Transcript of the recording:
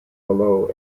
below